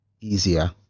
easier